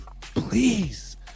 please